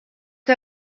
que